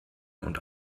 und